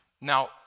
Now